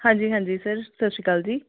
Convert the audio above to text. ਹਾਂਜੀ ਹਾਂਜੀ ਸਰ ਸਤਿ ਸ਼੍ਰੀ ਅਕਾਲ ਜੀ